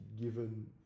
given